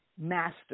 master